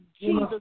Jesus